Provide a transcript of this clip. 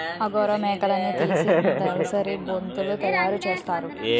angora మేకలున్నితీసి దలసరి బొంతలు తయారసేస్తారు